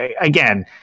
again